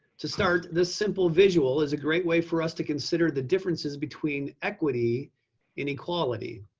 to start this simple visual is a great way for us to consider the differences between equity and equality.